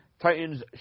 Titans